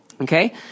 Okay